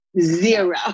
Zero